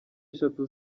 eshatu